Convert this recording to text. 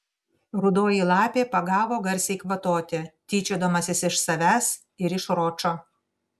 rudoji lapė pagavo garsiai kvatoti tyčiodamasis iš savęs ir iš ročo